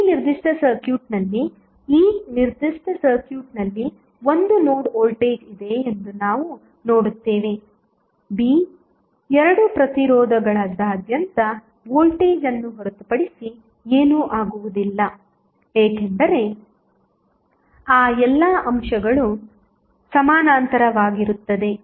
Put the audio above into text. ಈ ನಿರ್ದಿಷ್ಟ ಸರ್ಕ್ಯೂಟ್ನಲ್ಲಿ ಈ ನಿರ್ದಿಷ್ಟ ಸರ್ಕ್ಯೂಟ್ನಲ್ಲಿ 1 ನೋಡ್ ವೋಲ್ಟೇಜ್ ಇದೆ ಎಂದು ನಾವು ನೋಡುತ್ತೇವೆ b ಎರಡೂ ಪ್ರತಿರೋಧಗಳಾದ್ಯಂತದ ವೋಲ್ಟೇಜ್ ಅನ್ನು ಹೊರತುಪಡಿಸಿ ಏನೂ ಆಗುವುದಿಲ್ಲ ಏಕೆಂದರೆ ಆ ಎಲ್ಲಾ ಅಂಶಗಳು ಸಮಾನಾಂತರವಾಗಿರುತ್ತವೆ